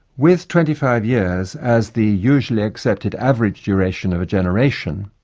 with twenty five years as the usually accepted average duration of a generation,